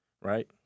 right